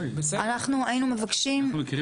שרן,